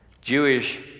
Jewish